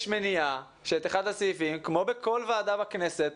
מניעה שחלק מהסעיפים כמו בכל ועדה בכנסת,